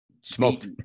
smoked